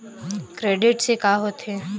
Credit से का होथे?